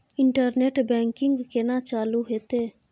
Internet banking केना चालू हेते?